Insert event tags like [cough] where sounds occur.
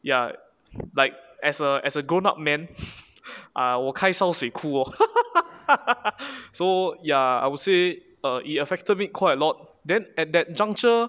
ya like as a as a grown up man [laughs] err 我开烧水哭 lor [laughs] so ya I would say uh it affected me quite a lot then at that juncture